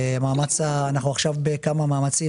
אנחנו עכשיו בכמה מאמצים,